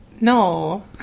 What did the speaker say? No